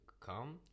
come